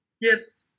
Yes